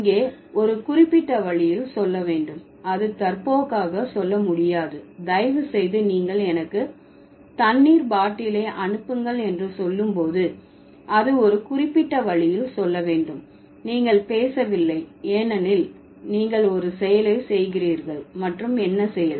இங்கே ஒரு குறிப்பிட்ட வழியில் சொல்ல வேண்டும் அது தற்போக்காக சொல்ல முடியாது தயவு செய்து நீங்கள் எனக்கு தண்ணீர் பாட்டிலை அனுப்புங்கள் என்று சொல்லும் போது அது ஒரு குறிப்பிட்ட வழியில் சொல்ல வேண்டும் நீங்கள் பேசவில்லை ஏனெனில் நீங்கள் ஒரு செயலை செய்கிறீர்கள் மற்றும் என்ன செயல்